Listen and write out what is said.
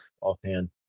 offhand